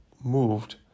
moved